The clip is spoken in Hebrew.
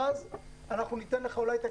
ואז אנחנו אולי ניתן לך את הכסף,